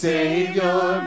Savior